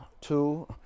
two